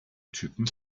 typen